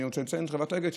אני רוצה לציין את חברת אגד,